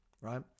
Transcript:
right